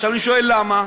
עכשיו אני שואל: למה?